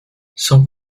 sans